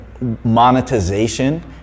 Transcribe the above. monetization